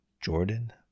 Jordan